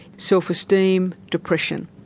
self-esteem, depression.